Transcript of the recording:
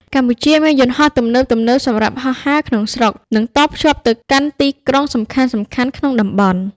កម្ពុជាមានយន្តហោះទំនើបៗសម្រាប់ហោះហើរក្នុងស្រុក និងតភ្ជាប់ទៅកាន់ទីក្រុងសំខាន់ៗក្នុងតំបន់។